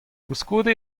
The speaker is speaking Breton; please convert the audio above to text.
koulskoude